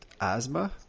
asthma